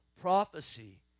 prophecy